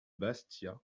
bastia